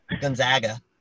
Gonzaga